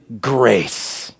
grace